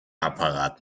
apparat